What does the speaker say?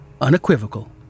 unequivocal